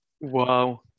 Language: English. wow